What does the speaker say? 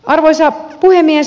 arvoisa puhemies